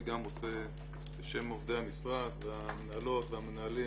אני רוצה בשם עובדי המשרד והמנהלות והמנהלים,